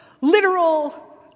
literal